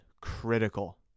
critical